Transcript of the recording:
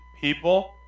people